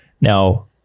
Now